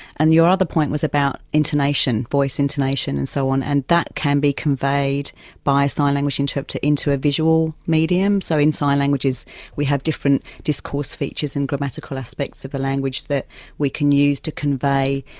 and your other point was about intonation, voice intonation and so on. and that can be conveyed by a sign language interpreter into a visual medium. so in sign languages we have different discourse features and grammatical aspects of the language that we can use to convey,